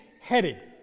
headed